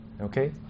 okay